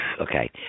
okay